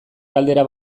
galdera